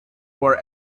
were